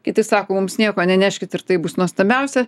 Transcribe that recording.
kiti sako mums nieko neneškit ir tai bus nuostabiausia